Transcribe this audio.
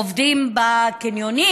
עובדים בקניונים,